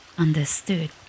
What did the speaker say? understood